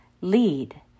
lead